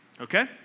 okay